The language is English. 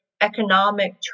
economic